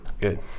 Good